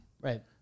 right